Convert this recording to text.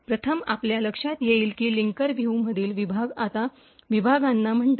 प्रथम आपल्या लक्षात येईल की लिंकर व्यू मधील विभाग आता विभागांना म्हणतात